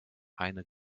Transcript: eine